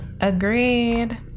Agreed